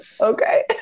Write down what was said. okay